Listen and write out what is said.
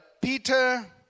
Peter